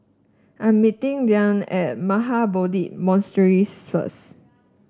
I'm meeting Diann at Mahabodhi Monastery first